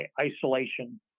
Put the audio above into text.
isolation